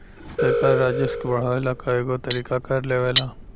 सरकार राजस्व के बढ़ावे ला कएगो तरीका के कर लेवेला